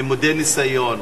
למודי ניסיון,